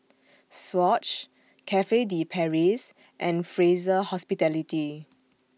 Swatch Cafe De Paris and Fraser Hospitality